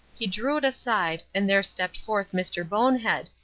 he drew it aside, and there stepped forth mr. bonehead,